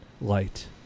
light